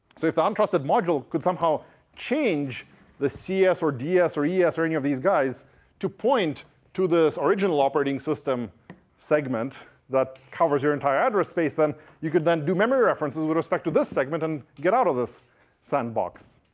if the untrusted module could somehow change the cs or ds or yeah es or any of these guys to point to this original operating system that covers your entire address space, then you could then do memory references with respect to this segment and get out of this sandbox.